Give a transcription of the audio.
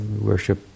worship